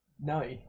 No